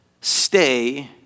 stay